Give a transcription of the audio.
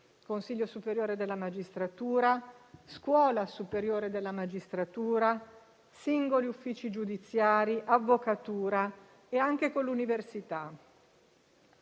Consiglio superiore della magistratura, Scuola superiore della magistratura, singoli uffici giudiziari, Avvocatura e anche con l'università.